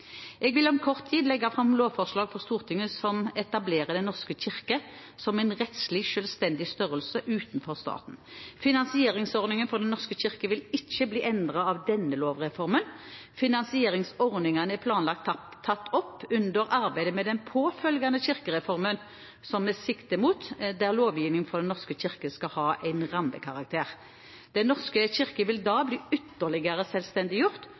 Jeg vil om kort tid legge fram lovforslag for Stortinget som etablerer Den norske kirke som en rettslig selvstendig størrelse utenfor staten. Finansieringsordningene for Den norske kirke vil ikke bli endret av denne lovreformen. Finansieringsordningene er planlagt tatt opp under arbeidet med den påfølgende kirkereformen som vi sikter mot, der lovgivningen for Den norske kirke skal ha en rammekarakter. Den norske kirke vil da bli ytterligere